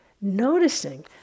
Noticing